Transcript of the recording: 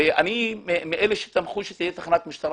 אני מאלה שתמכו בכך שתהיה תחנת משטרה